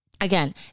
Again